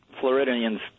Floridians